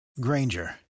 Granger